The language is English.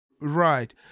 Right